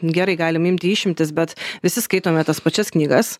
gerai galime imti išimtis bet visi skaitome tas pačias knygas